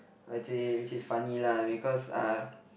which is which is funny lah because uh